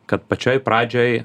kad pačioj pradžioj